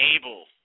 able